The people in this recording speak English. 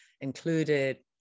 included